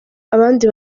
abandi